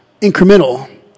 incremental